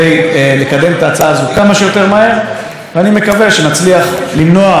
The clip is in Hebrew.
אני מקווה שנצליח למנוע מהאסיר הביטחוני הבא להשתחרר על שליש.